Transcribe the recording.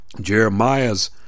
Jeremiah's